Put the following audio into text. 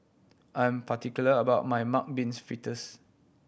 I am particular about my mung beans fritters